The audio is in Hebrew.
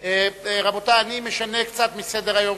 רבותי, אני משנה קצת את סדר-היום.